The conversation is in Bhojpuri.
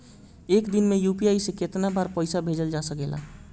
एक दिन में यू.पी.आई से केतना बार पइसा भेजल जा सकेला?